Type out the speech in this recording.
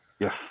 yes